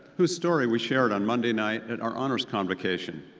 whose story we shared on monday night at our honors convocation.